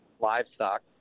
livestock